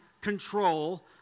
control